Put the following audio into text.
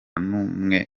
numwe